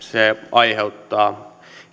se aiheuttaa